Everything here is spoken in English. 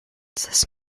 this